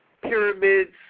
pyramids